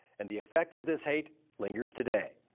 and the effect of this hate lingers today.